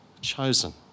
Chosen